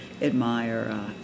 admire